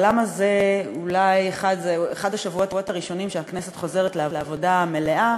זה אחד השבועות הראשונים שהכנסת עובדת עבודה מלאה,